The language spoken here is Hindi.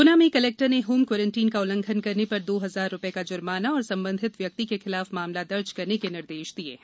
ग्ना में कलेक्टर ने होम कोरेनटीन का उल्लंघन करने पर दो हजार रुपये का जूर्माना और संबंधित व्यक्ति के खिलाफ मामला दर्ज करने निर्देश दिये हैं